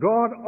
God